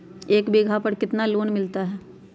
एक बीघा पर कितना लोन मिलता है?